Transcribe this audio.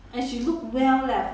uh